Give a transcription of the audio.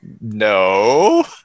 No